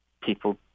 people